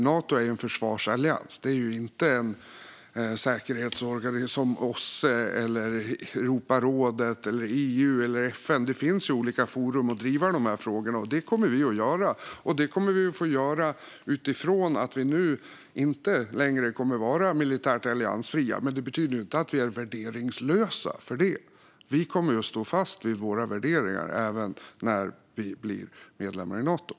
Nato är en försvarsallians och inte en säkerhetsorganisation som OSSE, Europarådet, EU eller FN. Det finns olika forum för att driva de här frågorna, och det kommer vi att göra. Vi får göra det utifrån att vi inte längre kommer att vara militärt alliansfria, men det betyder inte att vi är värderingslösa. Vi kommer att stå fast vid våra värderingar även när vi blir medlemmar i Nato.